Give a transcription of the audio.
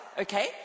okay